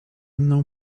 mną